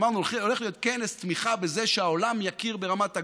אמרנו שהולך להיות כנס תמיכה בזה שהעולם יכיר ברמת הגולן,